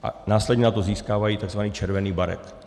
A následně nato získávají tzv. červený baret.